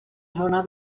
zona